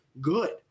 good